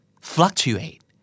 Fluctuate